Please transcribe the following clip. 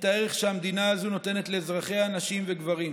את הערך שהמדינה הזאת נותנת לאזרחיה, נשים וגברים.